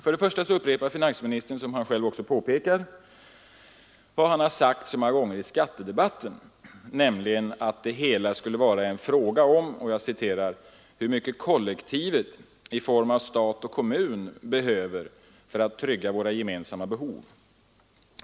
För det första upprepar finansministern, som han själv påpekar, vad han sagt så många gånger i skattedebatten nämligen att det hela skulle vara en fråga om ”hur mycket kollektivet i form av stat och kommun behöver för att trygga våra gemensamma behov.